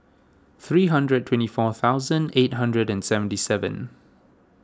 three hundred and twenty four thousand eight hundred and seventy seven